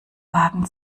wagen